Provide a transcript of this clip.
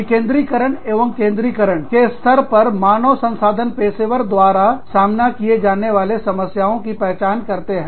विकेंद्रीकरण एवं केंद्रीकरण के स्तर पर मानव संसाधन पेशेवरों द्वारा सामना किए जाने वाले समस्याओं की पहचान करते हैं